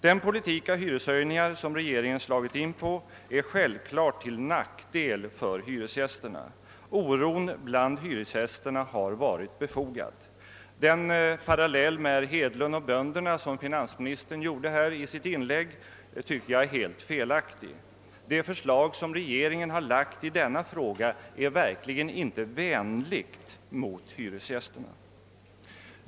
Den politik med hyreshöjningar som regeringen slagit in på är självklart till nackdel för hyresgästerna. Oron bland hyresgästerna har varit befogad. Den parallell med herr Hedlund och bönderna, som finansministern gjorde i sitt inlägg, tycker jag är helt felaktig. Det förslag som regeringen lagt fram i denna fråga är verkligen inte vänligt mot hyresgästerna.